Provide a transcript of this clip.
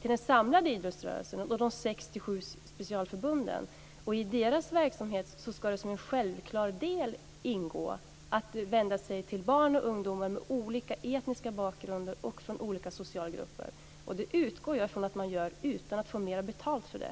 till den samlade idrottsrörelsen och de 67 specialförbunden. I deras verksamhet ska det som en självklar del ingå att vända sig till barn och ungdomar med olika etniska bakgrunder och från olika socialgrupper. Det utgår jag från att de gör utan att de få mer betalt för det.